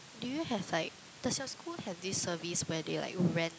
do you have like does your school have this service where they like rent